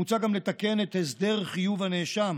מוצע גם לתקן את הסדר חיוב הנאשם